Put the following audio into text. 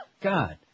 God